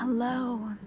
Hello